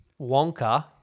Wonka